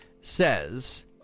says